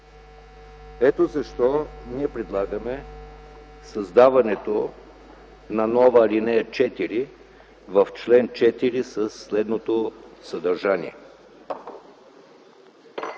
Ето защо ние предлагаме създаването на нова ал. 4 в чл. 4 със следното съдържание: